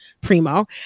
primo